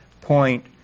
point